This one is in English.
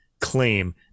claim